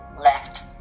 left